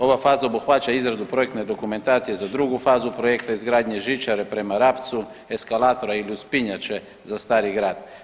Ova faza obuhvaća izradu projektne dokumentacije za drugu fazu projekta izgradnje žičare prema Rapcu, eskalatora ili uspinjače za stari grad.